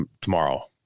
tomorrow